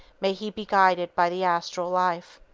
may he be guided by the astral life.